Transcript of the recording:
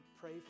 pray